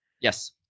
Yes